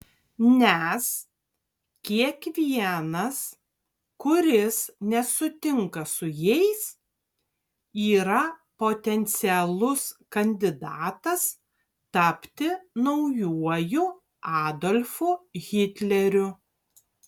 nes kiekvienas kuris nesutinka su jais yra potencialus kandidatas tapti naujuoju adolfu hitleriu